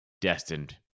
destined